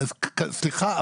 סליחה,